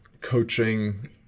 coaching